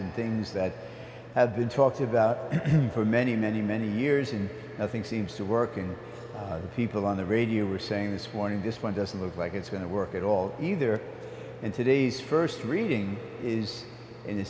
and things that have been talked about for many many many years and nothing seems to work and people on the radio were saying this morning this one doesn't look like it's going to work at all either in today's st reading is in